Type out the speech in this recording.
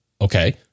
Okay